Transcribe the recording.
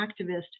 activist